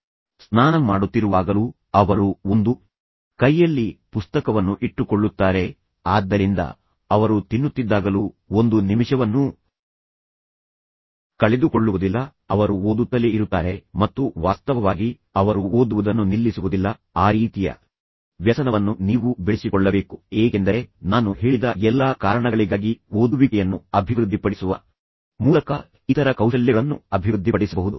ಆದ್ದರಿಂದ ಅವರು ಸ್ನಾನ ಮಾಡುತ್ತಿರುವಾಗಲೂ ಅವರು ಒಂದು ಕೈಯಲ್ಲಿ ಪುಸ್ತಕವನ್ನು ಇಟ್ಟುಕೊಳ್ಳುತ್ತಾರೆ ಮತ್ತು ನಂತರ ಅವರು ತಮ್ಮ ಸ್ನಾನದ ತೊಟ್ಟಿಯೊಳಗೆ ಇರುತ್ತಾರೆ ಆದ್ದರಿಂದ ಅವರು ತಿನ್ನುತ್ತಿದ್ದಾಗಲೂ ಒಂದು ನಿಮಿಷವನ್ನೂ ಕಳೆದುಕೊಳ್ಳುವುದಿಲ್ಲ ಅವರು ಓದುತ್ತಲೇ ಇರುತ್ತಾರೆ ಮತ್ತು ವಾಸ್ತವವಾಗಿ ಅವರು ಓದುವುದನ್ನು ನಿಲ್ಲಿಸುವುದಿಲ್ಲ ಆ ರೀತಿಯ ವ್ಯಸನವನ್ನು ನೀವು ಬೆಳೆಸಿಕೊಳ್ಳಬೇಕು ಏಕೆಂದರೆ ನಾನು ಹೇಳಿದ ಎಲ್ಲಾ ಕಾರಣಗಳಿಗಾಗಿ ಓದುವಿಕೆಯನ್ನು ಅಭಿವೃದ್ಧಿಪಡಿಸುವ ಮೂಲಕ ನೀವು ಎಲ್ಲಾ ಇತರ ಕೌಶಲ್ಯಗಳನ್ನು ಅಭಿವೃದ್ಧಿಪಡಿಸಬಹುದು